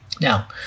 Now